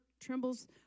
trembles